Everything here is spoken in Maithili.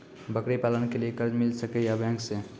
बकरी पालन के लिए कर्ज मिल सके या बैंक से?